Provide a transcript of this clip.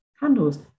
handles